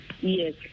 Yes